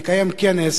מקיים כנס